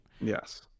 Yes